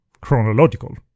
chronological